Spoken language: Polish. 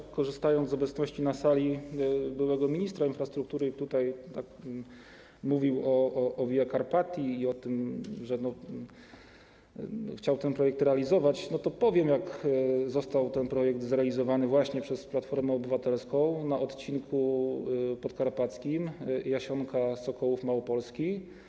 Korzystając też z obecności na sali byłego ministra infrastruktury, który tutaj mówił o Via Carpatii i o tym, że chciał ten projekt realizować, powiem, jak został ten projekt zrealizowany właśnie przez Platformę Obywatelską na odcinku podkarpackim Jasionka - Sokołów Małopolski.